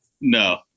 no